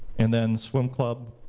and then swim club?